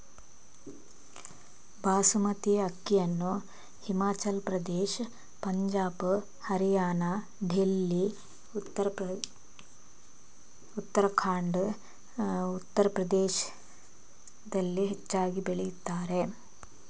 ಬಾಸ್ಮತಿ ಅಕ್ಕಿಯನ್ನು ಯಾವ ಭಾಗದಲ್ಲಿ ಹೆಚ್ಚು ಬೆಳೆಯುತ್ತಾರೆ?